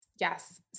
Yes